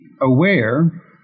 aware